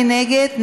מי נגד?